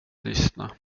lyssna